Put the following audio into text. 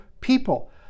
people